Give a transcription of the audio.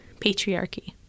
patriarchy